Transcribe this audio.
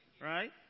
Right